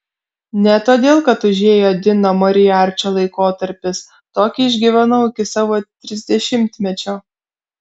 ne todėl kad užėjo dino moriarčio laikotarpis tokį išgyvenau iki savo trisdešimtmečio